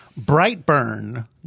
Brightburn